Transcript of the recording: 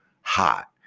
hot